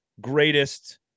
greatest